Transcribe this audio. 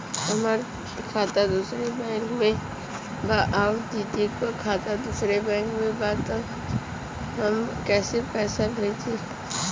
हमार खाता दूसरे बैंक में बा अउर दीदी का खाता दूसरे बैंक में बा तब हम कैसे पैसा भेजी?